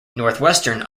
northwestern